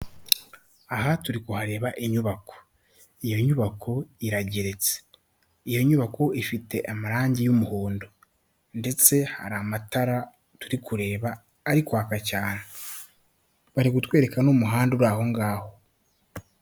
Aha turi kuhareba inyubako, iyo nyubako irageretse, iyo nyubako ifite amarangi y'umuhondo ndetse hari amatara turi kureba ari kwaka cyane, bari kutwereka n'umuhanda uri aho ngaho.